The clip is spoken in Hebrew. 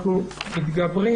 אנחנו מתגברים,